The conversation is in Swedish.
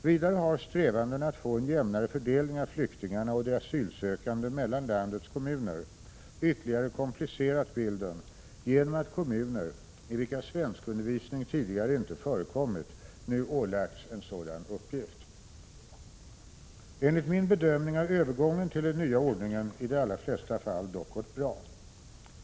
Vidare har strävandena att få en jämnare fördelning av flyktingarna och de asylsökande mellan landets kommuner ytterligare komplicerat bilden genom att kommuner, i vilka svenskundervisning tidigare inte förekommit, nu ålagts en sådan uppgift. Enligt min bedömning har övergången till den nya ordningen i de allra flesta fall dock gått bra.